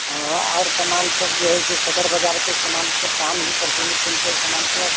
हँ आओर सामानसभ जे हइ से सदर बाजारके सामानसभ कहाँ मिलै परचुन अरचुनके सामानसभ